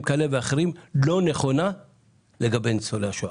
כאלה ואחרים לא נכונים לניצולי השואה.